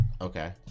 Okay